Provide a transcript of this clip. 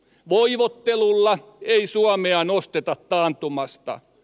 voivottelulla ei suomea nosteta taantumasta